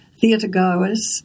theatre-goers